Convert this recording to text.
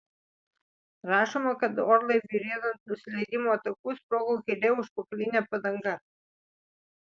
rašoma kad orlaiviui riedant nusileidimo taku sprogo kairė užpakalinė padanga